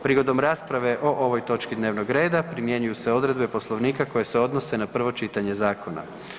Prigodom rasprave o ovoj točki dnevnog reda primjenjuju se odredbe Poslovnika koje se odnose na prvo čitanje Zakona.